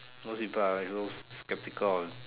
most people are those skeptical of